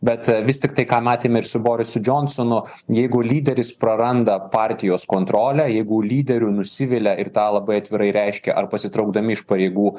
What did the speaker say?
bet vis tiktai ką matėm ir su borisu džonsonu jeigu lyderis praranda partijos kontrolę jeigu lyderiu nusivilia ir tą labai atvirai reiškia ar pasitraukdami iš pareigų